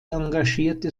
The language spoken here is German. engagierte